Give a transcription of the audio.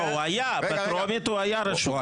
לא, בטרומית הוא היה רשום.